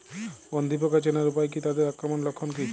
গন্ধি পোকা চেনার উপায় কী তাদের আক্রমণের লক্ষণ কী?